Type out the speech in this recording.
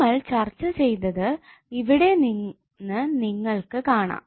നമ്മൾ ചർച്ച ചെയ്തത് ഇവിടെ നിന്ന് നിങ്ങൾക്ക് കാണാം